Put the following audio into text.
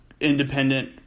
independent